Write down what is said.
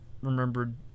remembered